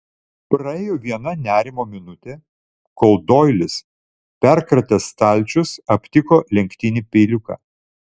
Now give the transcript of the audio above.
praėjo viena nerimo minutė kol doilis perkratęs stalčius aptiko lenktinį peiliuką